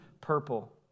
purple